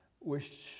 Wish